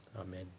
Amen